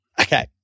Okay